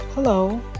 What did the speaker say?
Hello